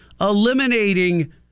Eliminating